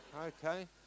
Okay